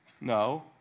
No